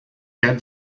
quer